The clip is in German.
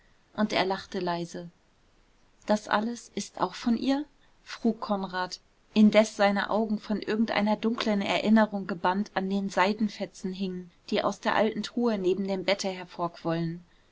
und er lachte leise das alles ist auch von ihr frug konrad indes seine augen von irgendeiner dunklen erinnerung gebannt an den seidenfetzen hingen die aus der alten truhe neben dem bette